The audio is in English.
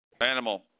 Animal